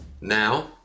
Now